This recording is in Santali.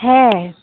ᱦᱮᱸ